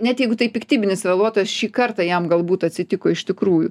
net jeigu tai piktybinis vėluotojas šį kartą jam galbūt atsitiko iš tikrųjų